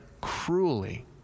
cruelly